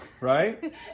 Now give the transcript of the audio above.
right